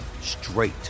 straight